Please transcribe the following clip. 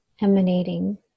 Emanating